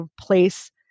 place